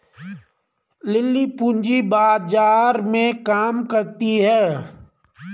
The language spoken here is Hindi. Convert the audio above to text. लिली पूंजी बाजार में काम करती है